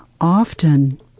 Often